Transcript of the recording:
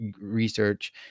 research